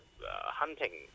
hunting